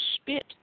spit